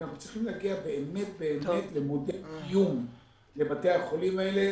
שאנחנו צריכים להגיע באמת למודל קיום רב-שנתי לבתי החולים האלה,